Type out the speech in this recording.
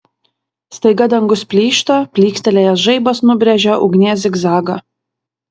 staiga dangus plyšta plykstelėjęs žaibas nubrėžia ugnies zigzagą